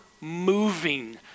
moving